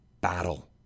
battle